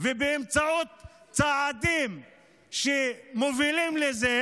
ובאמצעות צעדים שמובילים לזה